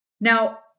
Now